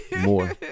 More